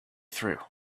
through